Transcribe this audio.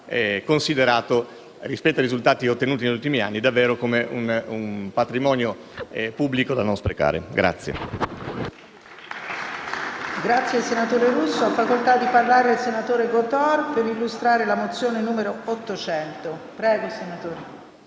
considerato, rispetto ai risultati ottenuti negli ultimi anni, davvero come un patrimonio pubblico da non sprecare.